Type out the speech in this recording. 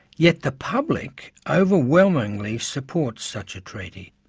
yet the public overwhelmingly supports such a treaty.